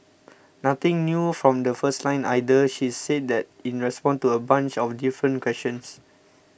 nothing new from the first line either she's said that in response to a bunch of different questions